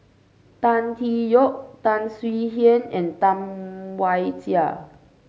Tan Tee Yoke Tan Swie Hian and Tam Wai Jia